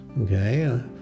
okay